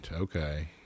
Okay